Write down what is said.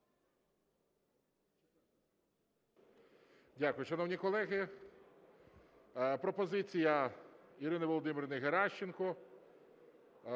Дякую. Шановні колеги, пропозиція Ірини Володимирівни Геращенко.